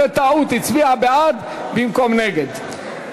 בטעות הצביע בעד במקום נגד.